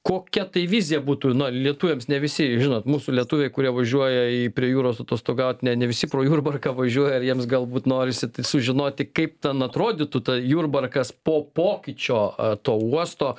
kokia tai vizija būtų na lietuviams ne visi žinot mūsų lietuviai kurie važiuoja į prie jūros atostogaut na ne visi pro jurbarką važiuoja ir jiems galbūt norisi t sužinoti kaip ten atrodytų ta jurbarkas po pokyčio a to uosto